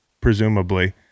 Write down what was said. presumably